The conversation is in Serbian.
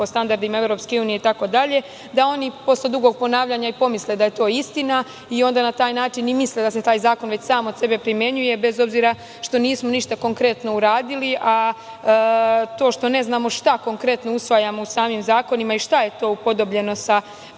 standardima EU itd, da oni posle dugog ponavljanja i pomisle da je to istina i na taj način misle da se taj zakon već sam od sebe primenjuje, bez obzira što ništa konkretno nismo uradili. To što ne znamo šta konkretno usvajamo samim zakonima i šta je to upodobljeno sa